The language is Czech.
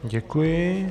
Děkuji.